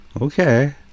okay